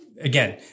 again